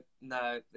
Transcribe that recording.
no